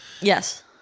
Yes